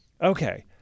Okay